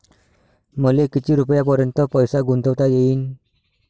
मले किती रुपयापर्यंत पैसा गुंतवता येईन?